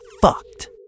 fucked